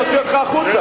שנוציא אותך החוצה.